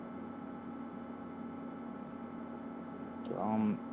ᱛᱚ ᱟᱢ